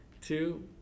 two